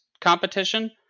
competition